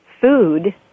food